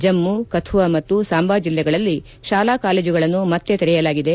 ಜಮ್ಮ ಕಥುವಾ ಮತ್ತು ಸಾಂಬಾ ಜಿಲ್ಲೆಗಳಲ್ಲಿ ಶಾಲಾಕಾಲೇಜುಗಳನ್ನು ಮತ್ತೆ ತೆರೆಯಲಾಗಿದೆ